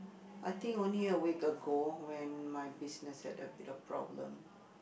I think only a week ago when my business had a bit of problem